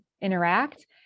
interact